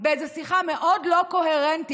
באיזו שיחה מאוד לא קוהרנטית,